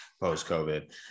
post-covid